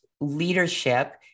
leadership